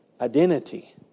identity